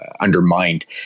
undermined